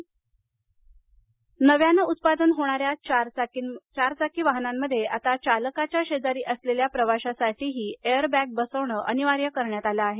चारचाकी एअरबॅग्ज नव्यानं उत्पादन होणाऱ्या चारचाकी वाहनांमध्ये आता चालकाच्या शेजारी असलेल्या प्रवाशासाठीही एअर बॅग बसवणं अनिवार्य करण्यात आलं आहे